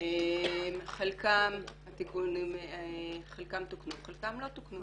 חלקם תוקנו, חלקם לא תוקנו.